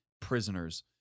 prisoners